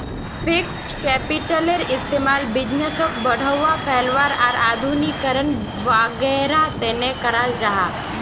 fixed कैपिटलेर इस्तेमाल बिज़नेसोक बढ़ावा, फैलावार आर आधुनिकीकरण वागैरहर तने कराल जाहा